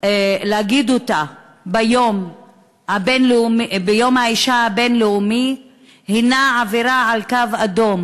להגיד דווקא ביום האישה הבין-לאומי היא לעבור על קו אדום.